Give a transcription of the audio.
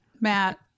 Matt